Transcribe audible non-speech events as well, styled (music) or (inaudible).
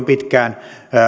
(unintelligible) pitkään